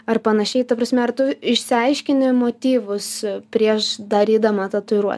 ar panašiai ta prasme ar tu išsiaiškini motyvus prieš darydama tatuiruotę